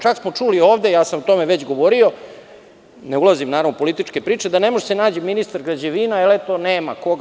Čak smo čuli ovde, o tome sam već govorio, ne ulazim naravno u političke priče, da ne može da se nađe ministar građevine, jer eto nema ko.